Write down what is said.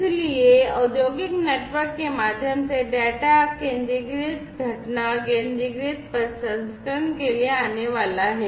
इसलिए औद्योगिक नेटवर्क के माध्यम से डेटा केंद्रीकृत घटना केंद्रीकृत प्रसंस्करण के लिए आने वाला है